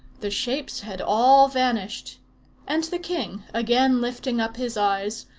the shapes had all vanished and the king, again lifting up his eyes,